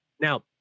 Now